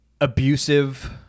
abusive